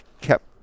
kept